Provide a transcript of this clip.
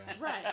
Right